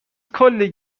کلی